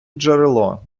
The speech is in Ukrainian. джерело